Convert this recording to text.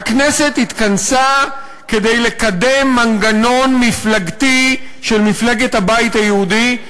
הכנסת התכנסה כדי לקדם מנגנון מפלגתי של מפלגת הבית היהודי.